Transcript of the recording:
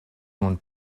nun